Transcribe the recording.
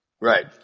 Right